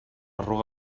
arruga